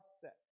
set